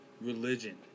religion